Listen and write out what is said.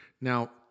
Now